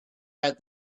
had